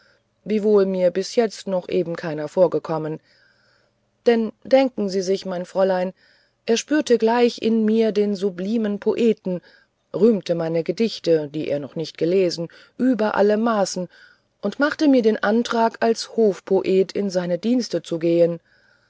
wiewohl mir bis jetzt noch eben keiner vorgekommen denn denken sie sich mein fräulein er spürte gleich in mir den sublimen poeten rühmte meine gedichte die er noch nicht gelesen über alle maßen und machte mir den antrag als hofpoet in seine dienste zu gehen